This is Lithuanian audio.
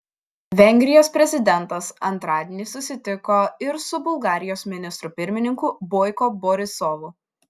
vengrijos prezidentas antradienį susitiko ir su bulgarijos ministru pirmininku boiko borisovu